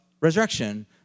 resurrection